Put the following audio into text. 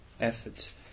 effort